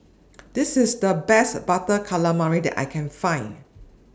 This IS The Best Butter Calamari that I Can Find